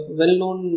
well-known